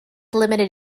limited